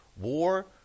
war